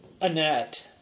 Annette